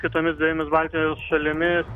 kitomis dvejomis baltijos šalimis